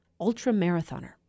ultra-marathoner